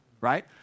right